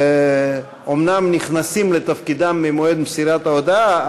הם אומנם נכנסים לתפקידם במועד מסירת ההודעה,